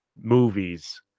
movies